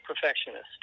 perfectionist